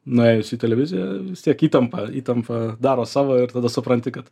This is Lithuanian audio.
nuėjus į televiziją tiek įtampa įtampa daro savo ir tada supranti kad